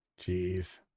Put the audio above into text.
jeez